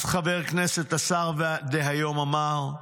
אז חבר כנסת, השר דהיום, אמר: